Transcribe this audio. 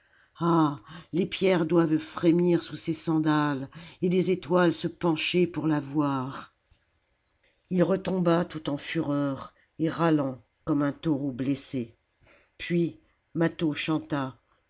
ah les pierres doivent frémir sous ses sandales et les étoiles se pencher pour la voir il retomba tout en fureur et râlant comme un taureau blessé puis mâtho chanta